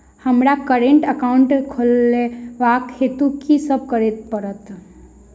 हमरा current account खोलेवाक हेतु की सब करऽ पड़त?